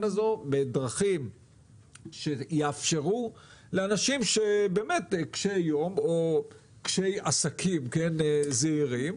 הזו בדרכים שיאפשרו לאנשים קשי יום או קשי עסקים זעירים